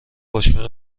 باشگاه